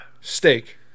steak